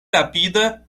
rapida